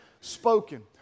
spoken